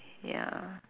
ya